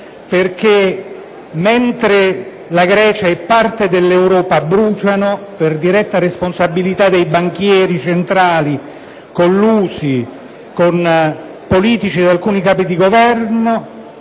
perché mentre la Grecia e parte dell'Europa bruciano per diretta responsabilità dei banchieri centrali, collusi con politici ed alcuni Capi di Governo,